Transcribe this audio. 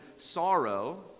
sorrow